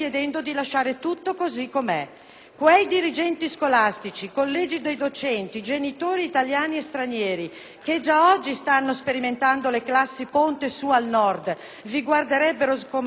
Quei dirigenti scolastici, collegi dei docenti, genitori italiani e stranieri che già oggi stanno sperimentando le classi ponte su al Nord, vi guarderebbero sgomenti esclamando: «Ancora!!??»